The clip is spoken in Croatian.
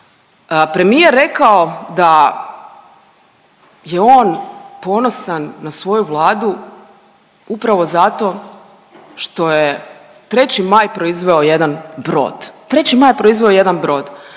premijer rekao da je on ponosan na svoju Vladu upravo zato što je 3. Maj proizveo jedan brod,